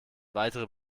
weitere